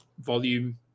volume